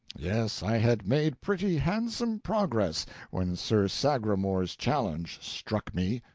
yes, i had made pretty handsome progress when sir sagramor's challenge struck me.